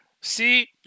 See